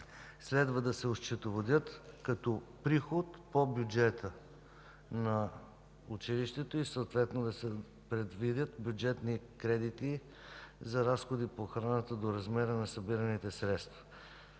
следва да се осчетоводят като приход по бюджета на училището и съответно да се предвидят бюджетни кредити за разходи по охраната до размера на събираните средства.